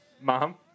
Mom